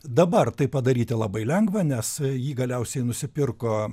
dabar tai padaryti labai lengva nes jį galiausiai nusipirko